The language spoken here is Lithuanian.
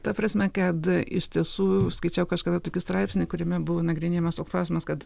ta prasme kad iš tiesų skaičiau kažkada tokį straipsnį kuriame buvo nagrinėjamas toks klausimas kad